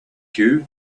you